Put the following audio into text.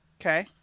Okay